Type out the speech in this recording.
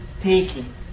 taking